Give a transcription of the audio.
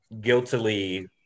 guiltily